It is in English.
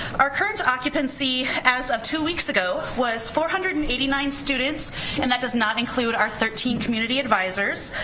our current occupancy, as of two weeks ago, was four hundred and eighty nine students and that does not include our thirteen community advisors.